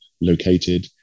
located